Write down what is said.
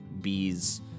bees